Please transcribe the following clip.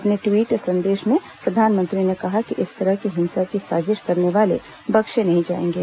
अपने ट्वीट संदेश में प्रधानमंत्री ने कहा कि इस तरह की हिंसा की साजिश करने वाले बख्शे नहीं जाएंगे